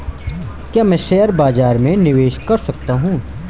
क्या मैं शेयर बाज़ार में निवेश कर सकता हूँ?